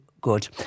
good